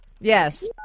Yes